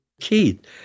Keith